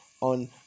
on